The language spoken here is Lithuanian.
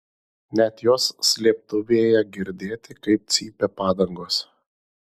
net jos slėptuvėje girdėti kaip cypia padangos